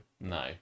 no